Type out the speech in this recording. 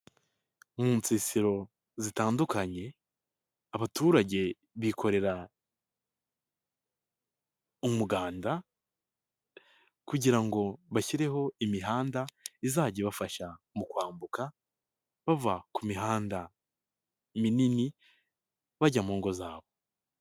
Mu nsisiro zitandukanye, abaturage bikorera umuganda kugira ngo bashyireho imihanda izajya ibafasha mu kwambuka bava ku mihanda minini bajya mu ngo zabo.